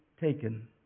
taken